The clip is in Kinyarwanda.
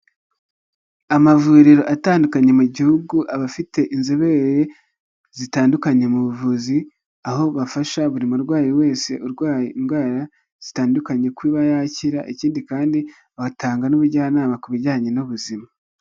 Amavuriro atandukanye mu gihugu aba afite inzobere zitandukanye mu buvuzi, aho bafasha buri murwayi wese urwaye indwara zitandukanye kuba yakira, ikindi kandi bagatanga n'ubujyanama ku bijyanye n'ubuzima.